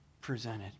presented